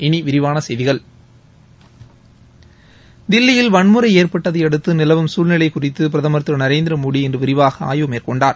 இனி விரிவான செய்திகள் தில்லியில் வன்முறை ஏற்பட்டதையடுத்து நிலவும் சூழ்நிலை குறித்து பிரதமர் திரு நரேந்திர மோடி இன்று விரிவாக ஆய்வு மேற்கொண்டார்